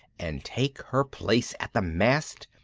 and take her place at the mast,